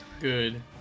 Good